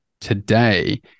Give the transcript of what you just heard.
today